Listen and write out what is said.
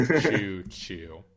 Choo-choo